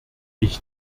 ich